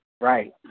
Right